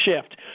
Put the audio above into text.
shift